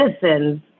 citizens